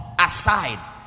aside